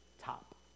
top